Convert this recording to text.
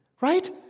right